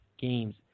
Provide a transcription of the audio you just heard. games